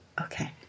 Okay